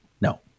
No